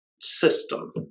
system